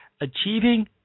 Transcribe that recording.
achieving